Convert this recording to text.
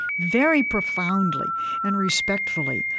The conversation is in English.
very profoundly and respectfully,